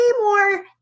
more